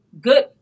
good